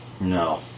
No